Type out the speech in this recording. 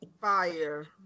Fire